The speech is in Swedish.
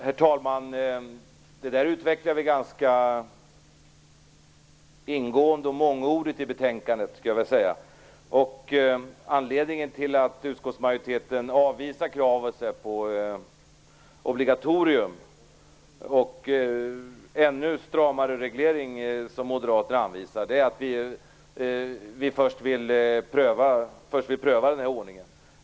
Herr talman! Det där utvecklade vi ganska ingående och mångordigt i betänkandet. Anledningen till att utskottsmajoriteten avvisar krav på obligatorium och ännu stramare reglering, som Moderaterna anvisar, är att vi först vill pröva den här ordningen.